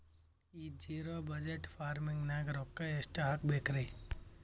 ಈ zero budget farming ನಾಗ್ ರೊಕ್ಕ ಎಷ್ಟು ಹಾಕಬೇಕರಿ?